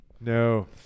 No